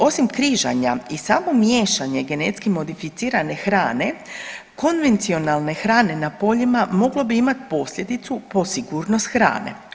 Osim križanja i samo miješanje genetski modificirane hrane konvencionalne hrane na poljima moglo bi imati posljedicu po sigurnost hrane.